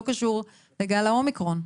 לא קשור לגל האומיקרון.